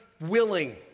willing